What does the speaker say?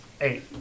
Eight